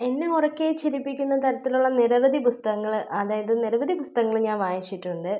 എന്നെ ഉറക്കെ ചിരിപ്പിക്കുന്ന തരത്തിലുള്ള നിരവധി പുസ്തകങ്ങൾ അതായത് നിരവധി പുസ്തകങ്ങൾ ഞാൻ വായിച്ചിട്ടുണ്ട്